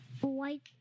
white